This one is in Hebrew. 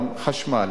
גם חשמל,